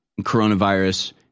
coronavirus